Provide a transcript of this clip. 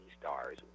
stars